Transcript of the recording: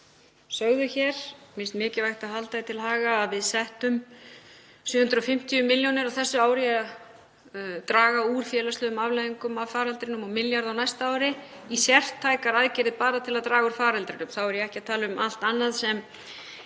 en mér finnst mikilvægt að halda því til haga að við settum 750 milljónir á þessu ári til að draga úr félagslegum afleiðingum af faraldrinum og milljarð á næsta ári í sértækar aðgerðir bara til að draga úr faraldrinum. Þá er ég ekki að tala um allt annað sem